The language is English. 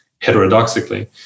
heterodoxically